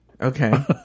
okay